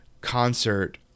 concert